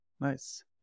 Nice